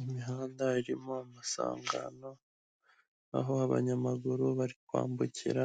Imihanda irimo amasangano aho abanyamaguru bari kwambukira